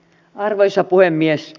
arvoisa puhemies